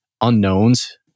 unknowns